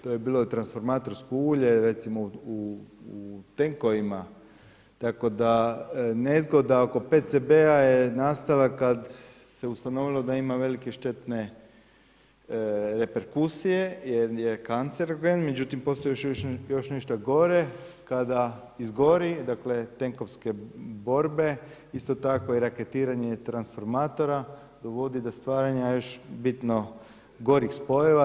To je bilo transformatorsko ulje recimo u tenkovima, tako da nezgoda oko PCB-a je nastala kad se ustanovilo da ima velike štetne reperkusije jer je kancerogen, međutim, postoji još nešto gore kada izgori, dakle, tenkovske borbe isto tako i raketiranje transformatora dovodi do stvaranja još bitno gorih spojeva.